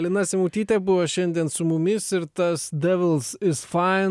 lina simutytė buvo šiandien su mumis ir tas devils is fine